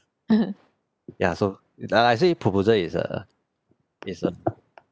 ya so uh uh I say proposal is err is uh